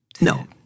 No